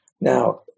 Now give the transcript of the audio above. Now